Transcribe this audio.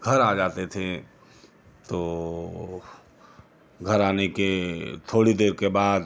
घर आ जाते थे तो घर आने के थोड़ी देर के बाद